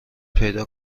پیدا